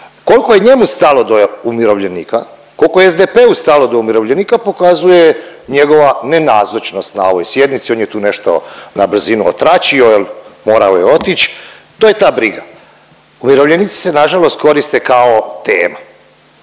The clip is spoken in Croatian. Kolko je njemu stalo do umirovljenika, koliko je SDP-u stalo do umirovljenika pokazuje njegova nenazočnost na ovoj sjednici, on je tu nešto na brzinu otračio jel morao je otić, to je ta briga, umirovljenici se nažalost koriste kao tema.